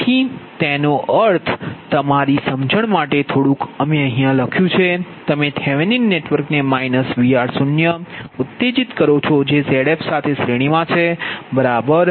તેથી તેનો અર્થ તમારી સમજણ માટે થોડુંક અમે લખ્યું છે કે તમે થેવેનિન નેટવર્કને Vr0 ઉત્તેજિત કરો છો જે Zf સાથે શ્રેણીમાં છે બરાબર